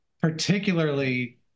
particularly